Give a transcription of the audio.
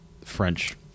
French